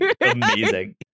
amazing